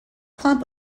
clump